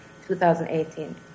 2018